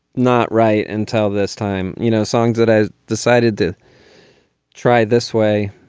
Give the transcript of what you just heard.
not right until this time. you know, songs that i decided to try this way.